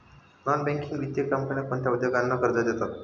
Non banking वित्तीय कंपन्या कोणत्या उद्योगांना कर्ज देतात?